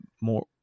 more